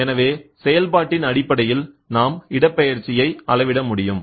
எனவே செயல்பாட்டின் அடிப்படையில் நாம் இடப்பெயர்ச்சியை அளவிட முடியும்